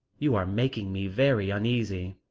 you are making me very uneasy.